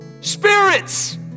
spirits